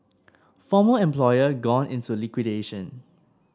former employer gone into liquidation